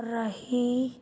ਰਹੀ